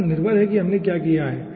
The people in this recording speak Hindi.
इस पर निर्भर है कि हमने क्या किया है